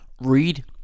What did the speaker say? read